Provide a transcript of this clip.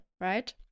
right